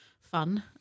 fun